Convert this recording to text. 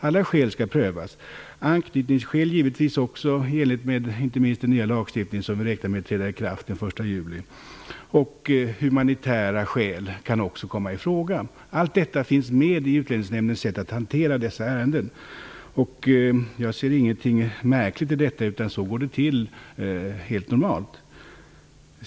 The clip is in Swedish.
Alla skäl skall prövas, givetvis också anknytningsskäl i enlighet med den nya lagstiftning som vi förutsätter skall träda i kraft den 1 juli. Också humanitära skäl kan komma i fråga. Allt detta finns med i Utlänningsnämndens sätt att hantera dessa ärenden. Jag ser inget märkligt i detta, utan det går helt normalt till på detta sätt.